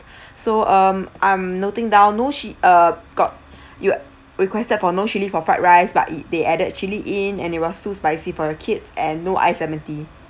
so um I'm noting down no chi~ err got you requested for no chilli for fried rice but it they added chilli in and it was too spicy for your kids and no ice lemon tea